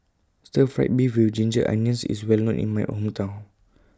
Stir Fried Beef with Ginger Onions IS Well known in My Hometown